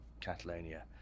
Catalonia